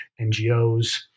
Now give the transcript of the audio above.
NGOs